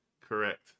Correct